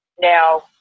Now